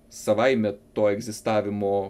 savaime to egzistavimo